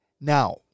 Now